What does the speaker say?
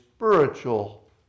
spiritual